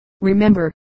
Remember